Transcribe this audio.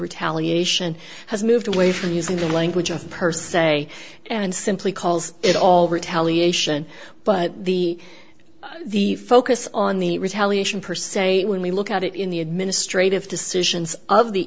retaliation has moved away from using the language of per se and simply calls it all retaliation but the the focus on the retaliation per se when we look at it in the administrative decisions of the